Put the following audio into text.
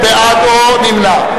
בעד או נמנע.